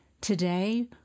Today